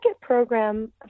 program